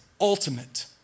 ultimate